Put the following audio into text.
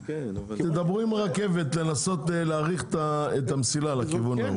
תדברו עם הרכבת לנסות להאריך את המסילה לכיוון ההוא,